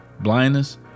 blindness